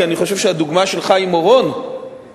כי אני חושב שהדוגמה של חיים אורון כאופוזיציונר,